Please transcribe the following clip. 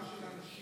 בכבודם של אנשים.